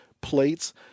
plates